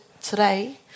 today